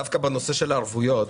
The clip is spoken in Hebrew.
דווקא בנושא הערבויות